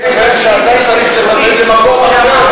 אני מתכוון שאתה צריך לממן ממקום אחר,